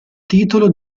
titolo